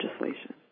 legislation